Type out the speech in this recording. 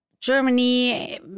Germany